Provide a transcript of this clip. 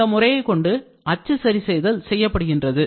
இந்த முறையை கொண்டு அச்சு சரிசெய்தல் செய்யப்படுகின்றது